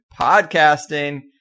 podcasting